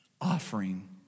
Offering